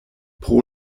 pro